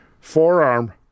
forearm